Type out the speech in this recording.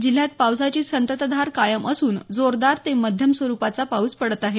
जिल्ह्यात पावसाची संततधार कायम असून जोरदार ते मध्यम स्वरुपाचा पाऊस पडत आहे